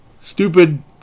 Stupid